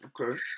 Okay